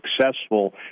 successful